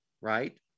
right